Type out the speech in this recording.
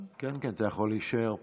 כן, אתה יכול להישאר פה,